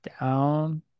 down